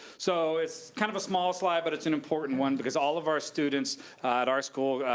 so it's kind of a small slide but it's an important one, because all of our students at our school,